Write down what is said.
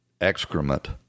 excrement